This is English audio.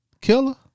Killer